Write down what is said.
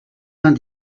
vingt